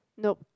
nope